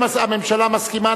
הואיל והממשלה מסכימה,